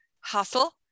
hustle